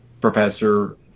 professor